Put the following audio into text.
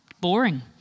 Boring